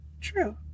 True